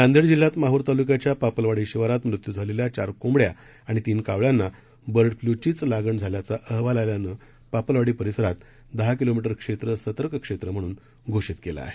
नांदेड जिल्ह्यात माहूर तालुक्याच्या पापलवाडी शिवारात मृत्यू झालेल्या चार कोंबड्या आणि तीन कावळ्यांना बर्डफ्ल्यूचीच लागण झाल्याचा अहवाल आल्यानं पापलवाडी परिसरात दहा किलोमीटर क्षेत्र सतर्क क्षेत्र म्हणून घोषित करण्यात आलं आहे